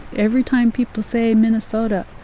every time people say minnesota,